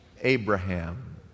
Abraham